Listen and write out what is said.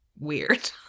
weird